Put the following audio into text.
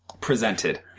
presented